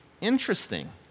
Interesting